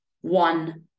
one